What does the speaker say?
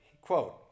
quote